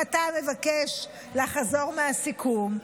אם אתה מבקש לחזור מהסיכום,